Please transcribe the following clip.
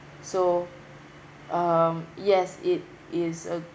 so um yes it is a